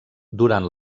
durant